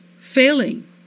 failing